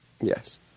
Yes